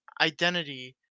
identity